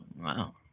Wow